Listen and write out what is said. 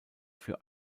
für